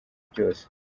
byose